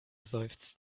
seufzt